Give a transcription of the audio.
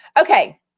Okay